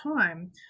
time